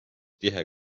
tihe